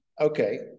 Okay